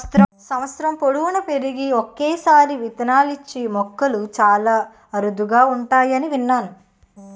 సంవత్సరం పొడువునా పెరిగి ఒక్కసారే విత్తనాలిచ్చే మొక్కలు చాలా అరుదుగా ఉంటాయని విన్నాను